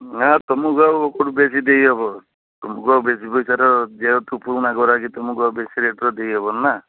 ନା ତୁମକୁ ଆଉ କେଉଁଠୁ ବେଶୀ ଦେଇହବ ତୁମକୁ ଆଉ ବେଶୀ ପଇସାର ଯେହେତୁ ପୁରୁଣା ଗରାଖ ତୁମକୁ ଆଉ ବେଶୀ ରେଟ୍ର ଦେଇହବନି ନା